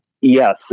Yes